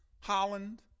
Holland